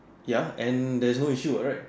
ya and there's no issue what right